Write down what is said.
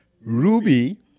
Ruby